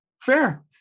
Fair